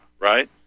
right